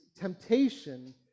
temptation